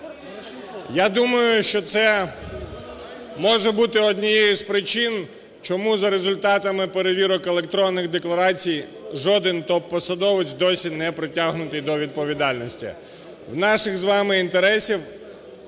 Я думаю, що це може бути однією з причин чому за результатами перевірок електронних декларацій жоден топ-посадовець досі не притягнутий до відповідальності. У наших з вами інтересах